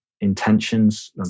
intentions